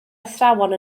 athrawon